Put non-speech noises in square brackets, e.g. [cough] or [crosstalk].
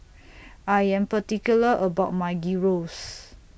[noise] I Am particular about My Gyros